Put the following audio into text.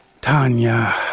Tanya